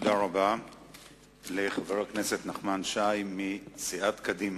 תודה רבה לחבר הכנסת נחמן שי מסיעת קדימה.